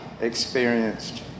experienced